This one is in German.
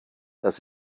das